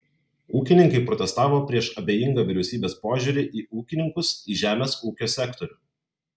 ūkininkai protestavo prieš abejingą vyriausybės požiūrį į ūkininkus į žemės ūkio sektorių